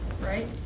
right